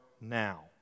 now